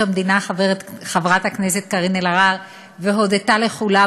המדינה חברת הכנסת קארין אלהרר והודתה לכולם,